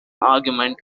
argument